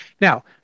Now